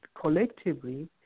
collectively